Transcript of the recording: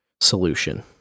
solution